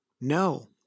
No